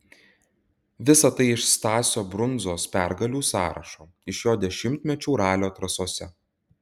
visa tai iš stasio brundzos pergalių sąrašo iš jo dešimtmečių ralio trasose